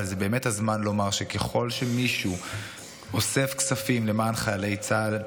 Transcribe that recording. אבל זה באמת הזמן לומר שככל שמישהו אוסף כספים למען חיילי צה"ל,